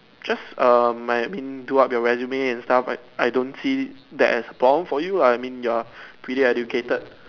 just um my I mean do up your resume and stuff I I don't see that as a problem for you lah I mean you're pretty educated